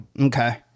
Okay